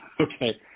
Okay